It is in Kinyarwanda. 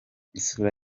isura